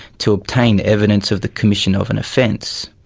to obtain evidence of the commission of an offence.